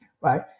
right